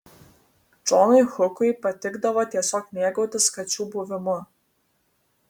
džonui hukui patikdavo tiesiog mėgautis kačių buvimu